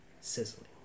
sizzling